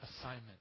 assignment